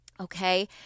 okay